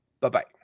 Bye-bye